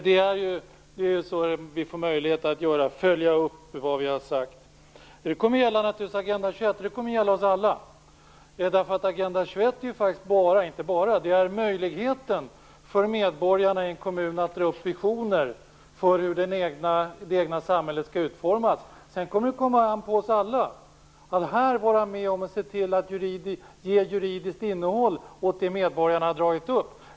Vi får alla möjlighet att följa upp vad vi har sagt. Detta kommer naturligtvis att gälla Agenda 21 och oss alla. Agenda 21 ger möjligheter för medborgarna i en kommun att dra upp visioner för hur det egna samhället skall formas. Sedan kommer det an på oss alla att vara med och se till att ge ett juridiskt innehåll åt det medborgarna har dragit upp.